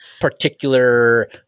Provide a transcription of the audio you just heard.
particular